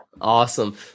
Awesome